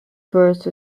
tourist